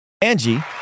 Angie